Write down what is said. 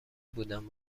بودم